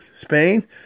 spain